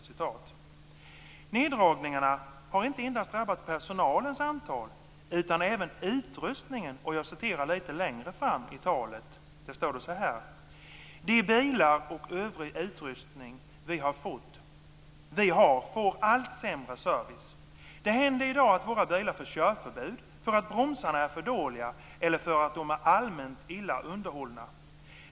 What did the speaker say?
Neddragningarna har inte endast drabbat personalens antal, utan även utrustningen. Längre fram i talet sägs det: "De bilar och övrig utrustning vi har får allt sämre service. Det händer i dag att våra bilar får körförbud för att bromsarna är för dåliga eller för att dom är allmänt illa underhållna.